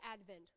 Advent